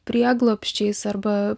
prieglobsčiais arba